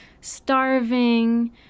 starving